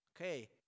Okay